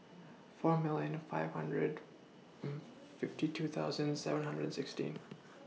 four million and five hundred fifty two thousand seven hundred and sixteen